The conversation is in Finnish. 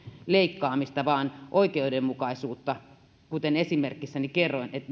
leikkaamista vaan oikeudenmukaisuutta kuten esimerkissäni kerroin että